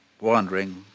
wandering